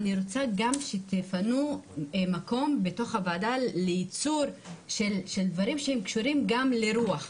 אני רוצה שגם תפנו מקום בתוך הוועדה ליצירת דברים שקשורים גם לרוח,